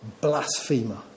blasphemer